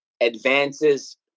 advances